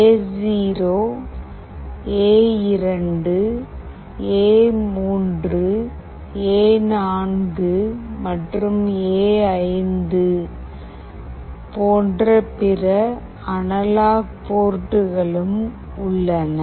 எ0எ2 எ3 எ4 மற்றும் எ5 போன்ற பிற அனலாக் போர்ட்களும் உள்ளன